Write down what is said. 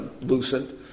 Lucent